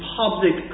public